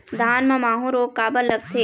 धान म माहू रोग काबर लगथे?